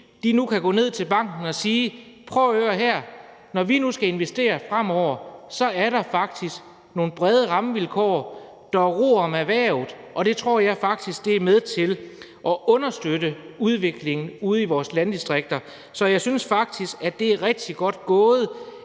nu kan gå ned i banken og sige: Prøv at høre her, når vi nu skal investere fremover, er der faktisk nogle brede rammevilkår, og der er ro om erhvervet. Det tror jeg faktisk er med til at understøtte udviklingen ude i vores landdistrikter. Så jeg synes, det er rigtig godt gået,